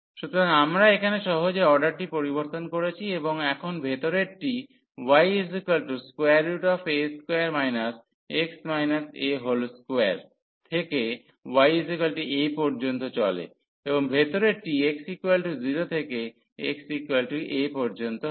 সুতরাং আমরা এখানে সহজেই অর্ডারটি পরিবর্তন করেছি এবং এখন ভেতরেরটি ya2 x a2 থেকে ya পর্যন্ত চলে এবং ভিতরেরটি x0 থেকে xa পর্যন্ত হয়